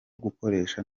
gukoresha